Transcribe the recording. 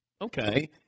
Okay